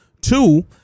Two